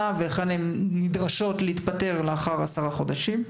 ואת המקומות שבהם הן נדרשות להתפטר לאחר עשרה חודשים.